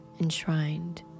enshrined